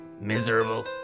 miserable